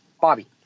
Bobby